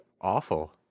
awful